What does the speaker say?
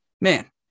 man